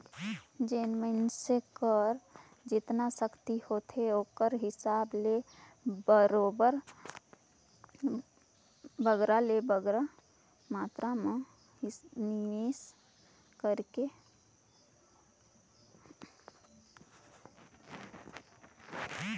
जेन मइनसे कर जेतना सक्ति होथे ओकर हिसाब ले बरोबेर बगरा ले बगरा मातरा में निवेस कइरके बरोबेर राखथे